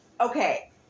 Okay